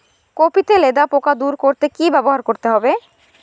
Copy তে লেদা পোকা দূর করতে কি ব্যবহার করতে হবে?